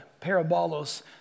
parabolos